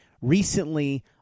recently